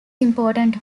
important